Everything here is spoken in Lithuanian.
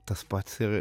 tas pats ir